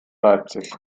leipzig